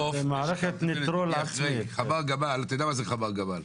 אתה יודע מה זה חמר גמל?